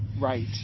right